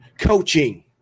Coaching